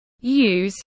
use